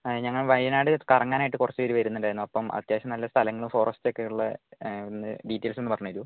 ഞങ്ങൾ വയനാട് കറങ്ങാനായിട്ട് കുറച്ച് പേര് വരുന്നുണ്ടായിരുന്നു അപ്പം അത്യാവശ്യം നല്ല സ്ഥലങ്ങളും ഫോറസ്റ്റ് ഒക്കെയുള്ള ഒന്ന് ഡീറ്റെയിൽസ് ഒന്ന് പറഞ്ഞ് തരുമോ